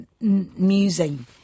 musing